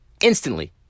instantly